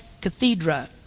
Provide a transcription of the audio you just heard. cathedra